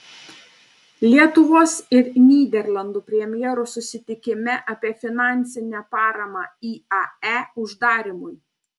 lietuvos ir nyderlandų premjerų susitikime apie finansinę paramą iae uždarymui